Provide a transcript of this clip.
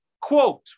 quote